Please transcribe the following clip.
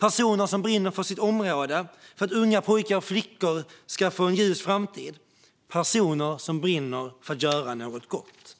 Det är personer som brinner för sitt område och för att unga pojkar och flickor ska få en ljus framtid. Det är personer som brinner för att göra gott.